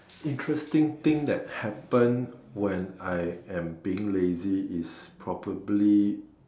interesting thing that happen when I am being lazy is probably